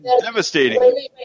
devastating